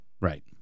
right